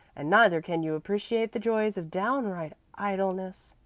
and neither can you appreciate the joys of downright idleness.